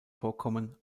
vorkommen